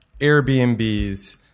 Airbnbs